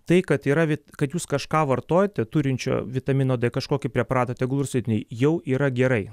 tai kad yra kad jūs kažką vartojote turinčio vitamino d kažkokį preparatą tegul ir silpni jau yra gerai